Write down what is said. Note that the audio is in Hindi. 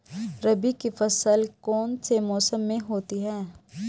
रबी की फसल कौन से मौसम में होती है?